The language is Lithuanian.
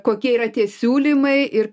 kokie yra tie siūlymai ir